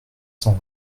cent